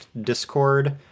Discord